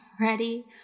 ready